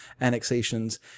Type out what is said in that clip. annexations